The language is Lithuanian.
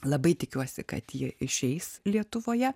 labai tikiuosi kad ji išeis lietuvoje